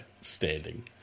standing